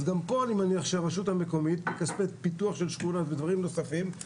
אז גם פה אני מניח שהרשות המקומית מכספי פיתוח של שכונה ודברים נוספים.